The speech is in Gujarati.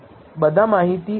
148 થી 11